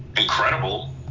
incredible